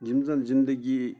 یِم زَن زِندٕگی